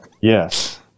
Yes